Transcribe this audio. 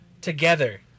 together